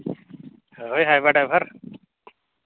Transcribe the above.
ᱦᱳ ᱦᱟᱭᱵᱟ ᱰᱟᱭᱵᱷᱟᱨ